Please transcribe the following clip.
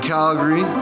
Calgary